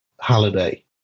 Halliday